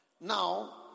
Now